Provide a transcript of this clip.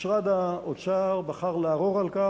משרד האוצר בחר לערור על כך,